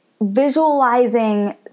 visualizing